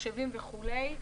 מחשבים וכולי,